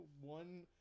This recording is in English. one